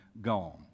gone